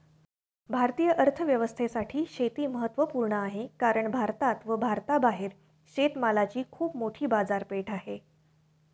भारतीय अर्थव्यवस्थेसाठी शेती महत्वपूर्ण आहे कारण भारतात व भारताबाहेर शेतमालाची खूप मोठी बाजारपेठ आहे